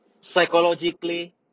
psychologically